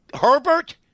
Herbert—